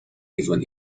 even